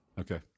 Okay